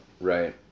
Right